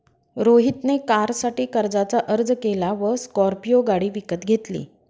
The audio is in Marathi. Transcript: रोहित ने कारसाठी कर्जाचा अर्ज केला व स्कॉर्पियो गाडी विकत घेतली